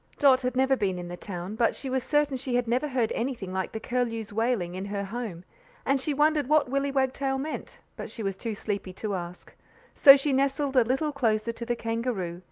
dot had never been in the town, but she was certain she had never heard anything like the curlew's wailing in her home and she wondered what willy wagtail meant, but she was too sleepy to ask so she nestled a little closer to the kangaroo,